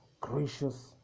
gracious